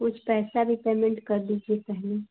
कुछ पैसा भी पेमेंट कर दीजिए पहले